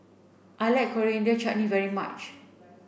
I like Coriander Chutney very much